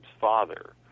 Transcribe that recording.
father